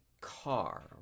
car